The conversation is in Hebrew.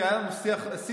כי היה לנו שיג ושיח,